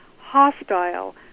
hostile